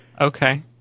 Okay